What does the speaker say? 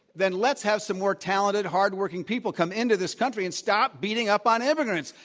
then let's have some more talented, hard-working people come into this country and stop beating up on immigrants.